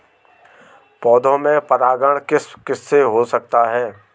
पौधों में परागण किस किससे हो सकता है?